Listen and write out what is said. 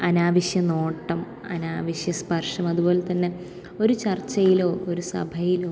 അനാവശ്യ നോട്ടം അനാവശ്യ സ്പർശം അതുപോലെ തന്നെ ഒരു ചർച്ചയിലോ ഒരു സഭയിലോ